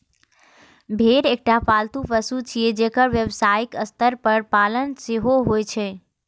भेड़ एकटा पालतू पशु छियै, जेकर व्यावसायिक स्तर पर पालन सेहो होइ छै